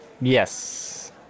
Yes